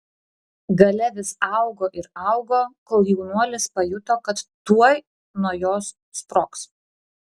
galia vis augo ir augo kol jaunuolis pajuto kad tuoj nuo jos sprogs